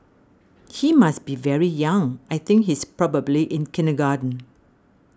he must be very young I think he's probably in kindergarten